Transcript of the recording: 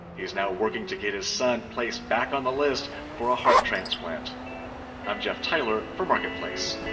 he's now working to get his son placed back on the list for a heart transplant i'm jeff tyler for marketplace